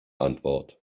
antwort